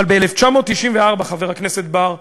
אבל ב-1994, חבר הכנסת בר,